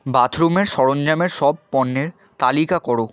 বাথরুমের সরঞ্জামের সব পণ্যের তালিকা করো